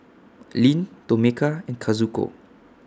Lyn Tomeka and Kazuko